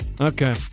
Okay